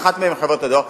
שאחת מהן היא חברת הדואר.